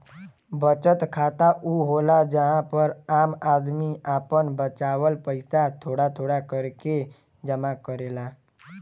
बचत खाता ऊ होला जहां पर आम आदमी आपन बचावल पइसा थोड़ा थोड़ा करके जमा करेला